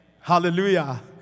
Hallelujah